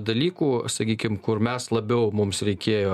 dalykų sakykim kur mes labiau mums reikėjo